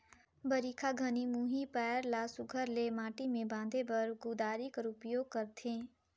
बरिखा घनी मुही पाएर ल सुग्घर ले माटी मे बांधे बर कुदारी कर उपियोग करथे